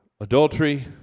Adultery